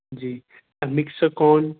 جی امکسکول